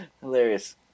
Hilarious